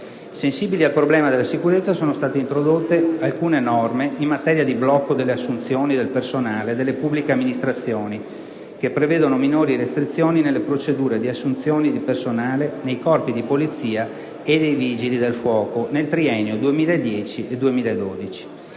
del problema della sicurezza, sono strate introdotte alcune norme in materia di blocco delle assunzioni del personale delle pubbliche amministrazioni che prevedono minori restrizioni nelle procedure di assunzioni di personale nei Corpi di polizia e dei Vigili del fuoco nel triennio 2010-2012.